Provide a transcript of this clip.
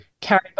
carried